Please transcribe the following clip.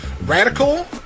Radical